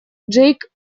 джейк